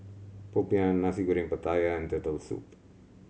popiah Nasi Goreng Pattaya and Turtle Soup